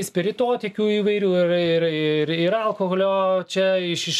spiritotėkių įvairių ir ir ir alkoholio čia iš iš